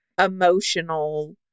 emotional